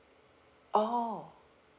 oh